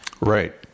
Right